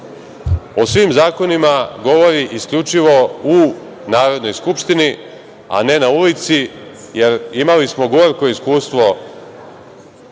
o svim zakonima govori isključivo u Narodnoj skupštini, a ne na ulici, jer imali smo gorko iskustvo